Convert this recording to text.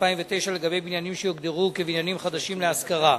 2009 לגבי בניינים שיוגדרו כבניינים חדשים להשכרה.